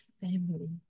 family